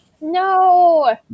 No